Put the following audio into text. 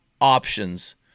options